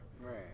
Right